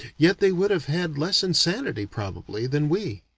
yet they would have had less insanity, probably, than we.